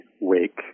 wake